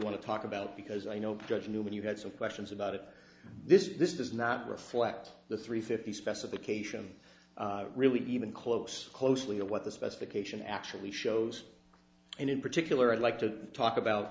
want to talk about because i know judge newman you had some questions about it this this does not reflect the three fifty specification really even close closely to what the specification actually shows and in particular i'd like to talk about